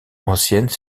ancienne